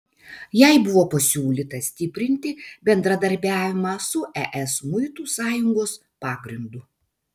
jai buvo pasiūlyta stiprinti bendradarbiavimą su es muitų sąjungos pagrindu